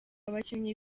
abakinnyi